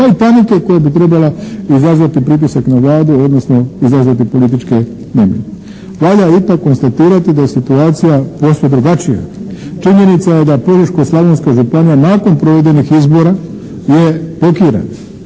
pa i panike koja bi trebala izazvati pritisak na Vladu odnosno izazvati političke nemire. Valja ipak konstatirati da je situacija posve drugačija. Činjenica je da Požeško-slavonska županija nakon provedenih izbora je blokirana.